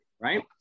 right